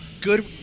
good